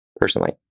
personally